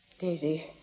Daisy